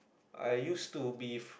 I used to be